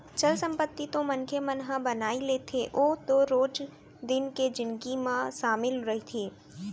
चल संपत्ति तो मनखे मन ह बनाई लेथे ओ तो रोज दिन के जिनगी म सामिल रहिथे